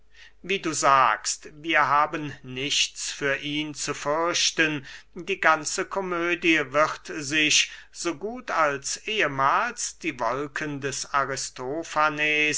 wie du sagst wir haben nichts für ihn zu fürchten die ganze komödie wird sich so gut als ehemahls die wolken des aristofanes